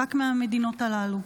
רק מהמדינות הללו,